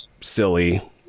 silly